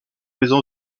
maisons